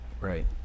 right